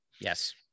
Yes